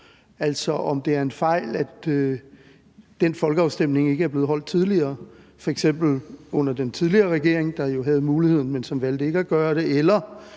altså om det er en fejl, at den folkeafstemning ikke er blevet holdt tidligere, f.eks. under den tidligere regering, der jo havde muligheden, men som valgte ikke at gøre det,